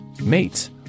Mates